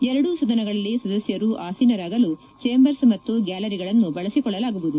ಎರಡೂ ಸದನಗಳಲ್ಲಿ ಸದಸ್ಯರು ಆಚೀನರಾಗಲು ಚೇಂಬರ್್ ಮತ್ತು ಗ್ನಾಲರಿಗಳನ್ನು ಬಳಸಿಕೊಳ್ಳಲಾಗುವುದು